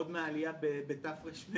עוד מהעלייה בתרמ"ב.